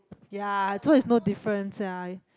ya so it's no difference sia